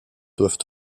doivent